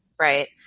right